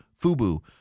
FUBU